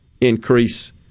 increase